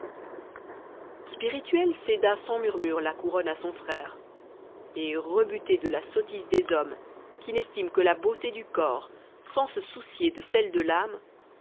spirituel céda sans murmure la couronne à son frère et rebuté de la sottise des hommes qui n'estiment que la beauté du corps sans se soucier de celle de l'âme